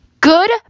Good